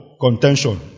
contention